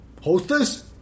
Hostess